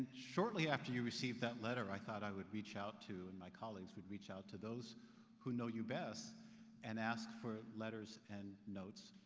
shortly after you received that letter i thought i would reach out to, and my colleagues would reach out to those who know you best and ask for letters and notes,